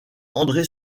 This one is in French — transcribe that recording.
andré